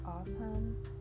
awesome